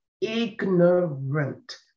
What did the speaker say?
ignorant